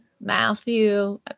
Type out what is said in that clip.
Matthew